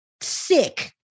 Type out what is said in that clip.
sick